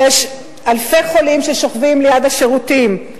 יש אלפי חולים ששוכבים ליד השירותים,